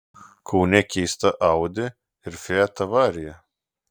kaune keista audi ir fiat avarija